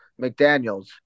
McDaniel's